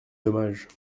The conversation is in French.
dommage